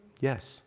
Yes